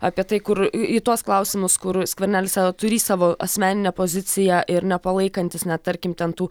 apie tai kur į tuos klausimus kur skvernelis sako turįs savo asmeninę poziciją ir nepalaikantis net tarkim ten tų